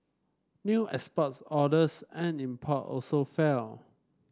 new exports orders and import also fell